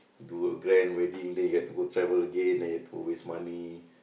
do a grand wedding then you have to go travel again then you to waste money